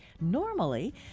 normally